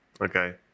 Okay